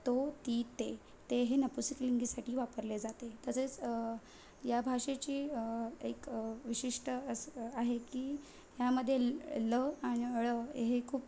तो ती ते ते हे नपुसक लिंगीसाठी वापरले जाते तसेच या भाषेची एक विशिष्ट असं आहे की ह्यामध्ये ल आणि ळ हे खूप